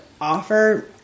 Offer